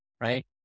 right